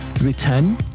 return